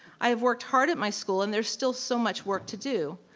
i have worked hard at my school and there's still so much work to do.